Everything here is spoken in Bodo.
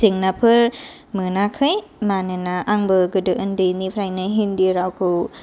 जेंनाफोर मोनाखै मानोना आंबो गोदो ओन्दैनिफ्रायनो हिन्दि रावखौ